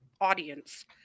audience